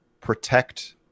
protect